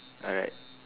alright